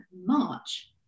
March